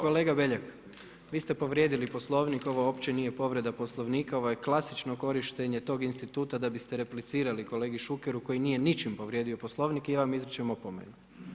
Kolega Belja, vi ste povrijedili Poslovnik, ovo uopće nije povreda Poslovnika, ovo je klasično korištenje tog instituta da bi ste replicirali kolegi Šukeru koji nije ničim povrijedio Poslovnik i ja vam izričem opomenu.